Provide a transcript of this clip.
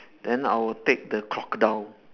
then I will take the crocodile